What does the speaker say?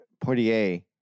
portier